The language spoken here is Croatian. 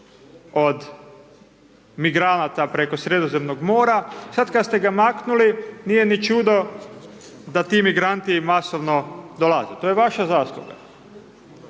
od migranata preko Sredozemnog mora, sad kad ste ga maknuli, nije ni čudo da ti migranti masovno dolaze, to je vaša zasluga.